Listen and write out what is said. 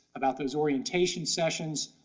about those orientation sessions,